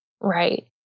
Right